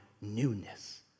newness